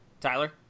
tyler